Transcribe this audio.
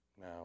Now